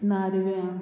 नारव्या